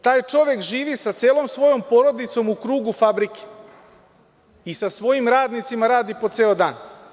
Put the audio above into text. Taj čovek živi sa celom svojom porodicom u krugu fabrike i sa svojim radnicima radi po ceo dan.